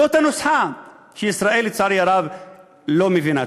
זאת הנוסחה שישראל לצערי הרב לא מבינה.